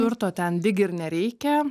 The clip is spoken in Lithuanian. turto ten lyg ir nereikia